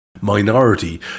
minority